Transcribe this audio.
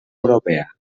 europea